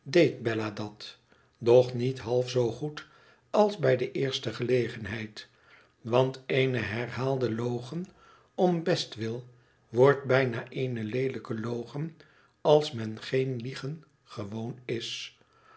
bella dat doch niet half zoo oed als bij de eerste gelegenheid want eene herhaalde logen om bestwil wordt bijna eene leelijke logen als men geen liegen gewoon is